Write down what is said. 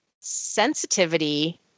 sensitivity